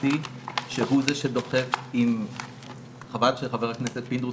הממלכתי שהוא זה שדוחף עם - חבל שחבר הכנסת פינדרוס